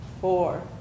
four